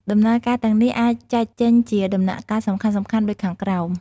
ដំណើរការទាំងនេះអាចចែកចេញជាដំណាក់កាលសំខាន់ៗដូចខាងក្រោម។